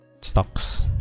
stocks